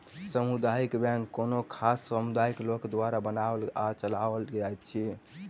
सामुदायिक बैंक कोनो खास समुदायक लोक द्वारा बनाओल आ चलाओल जाइत अछि